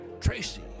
Tracy